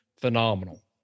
phenomenal